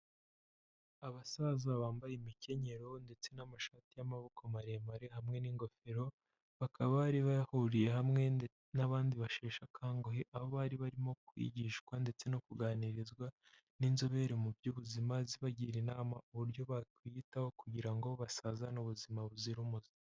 Abasaza bambaye imikenyero ndetse n'amashati y'amaboko maremare hamwe n'ingofero, bakaba bari bahuriye hamwe n'abandi bashesha akanguhe, aho bari barimo kwigishwa ndetse no kuganirizwa n'inzobere mu by'ubuzima, zibagira inama, uburyo bakwiyitaho, kugira ngo basazane ubuzima buzira umuze.